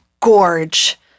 gorge